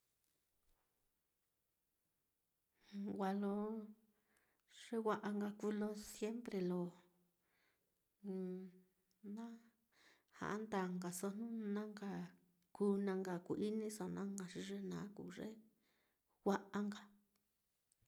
Wa lo ye wa'a nka kuu lo siempre lo na ja'a ndáa nkaso, jnu na nka kuu, jnu na nka ku-iniso na nka, xi ye naá kuu ye wa'a.